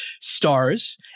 stars